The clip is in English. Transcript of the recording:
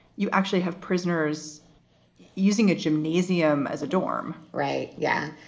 you actually have prisoners using a gymnasium as a dorm, right? yeah.